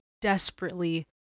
desperately